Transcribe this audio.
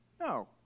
No